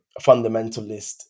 fundamentalist